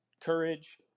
courage